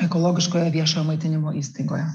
ekologiško viešojo maitinimo įstaigoje